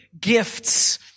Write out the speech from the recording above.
gifts